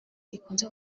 ikunze